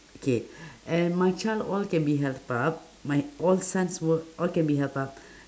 okay and my child all can be helped up my all sons work all can be helped up